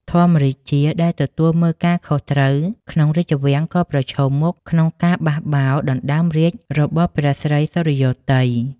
ធម្មរាជា ដែលទទួលមើលការខុសត្រូវក្នុងរាជវាំងក៏ប្រឈមមុខក្នុងការបោះបោរដណ្ដើមរាជ្យរបស់ព្រះស្រីសុរិយោទ័យ ។